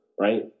Right